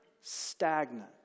stagnant